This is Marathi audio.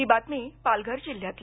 ही बातमी पालघर जिल्ह्यातली